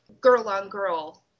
Girl-on-girl